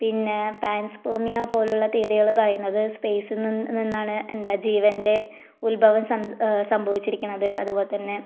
പിന്നെ പാൻസ്പേർമിയ പോലുള്ള തിയറികൾ പറയുന്നത് സ്പേയിസിൽ നിന്നാണ് എന്താ ജീവൻ്റെ ഉത്ഭവം സംഭവിച്ചിരിക്കുന്നത് അതുപോലെ തന്നെ